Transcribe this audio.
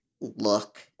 look